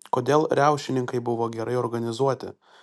kodėl riaušininkai buvo gerai organizuoti